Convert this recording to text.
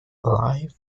live